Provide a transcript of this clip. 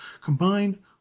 combined